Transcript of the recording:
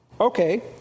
Okay